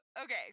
Okay